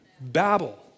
Babel